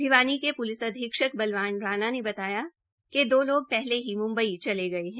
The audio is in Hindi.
भिवानी के प्लिस अधीक्षक बलवान राणा ने बताया कि दो लोग पहले ही म्म्बई चले गये है